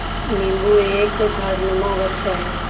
नींबू एक झाड़नुमा वृक्ष है